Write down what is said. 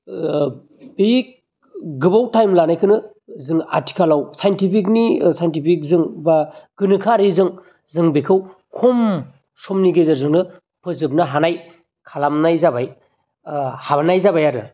ओ बे गोबाव टाइम लानायखोनो जों आथिखालाव साइनटिफिकनि साइनटिफिकजों बा गोनोखोआरिजों बिखौ खम समनि गेजेरजोंनो फोजोबनो हानाय खालामनाय जाबाय हानाय जाबाय आरो